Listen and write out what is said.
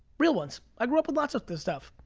real ones. i grew up with lots of the stuff,